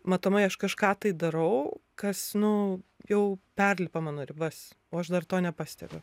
matomai aš kažką tai darau kas nu jau perlipa mano ribas o aš dar to nepastebiu